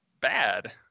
bad